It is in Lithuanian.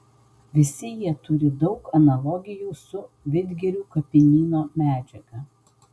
visi jie turi daug analogijų su vidgirių kapinyno medžiaga